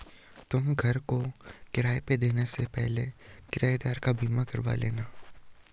तुम घर को किराए पे देने से पहले किरायेदार बीमा करवा लेना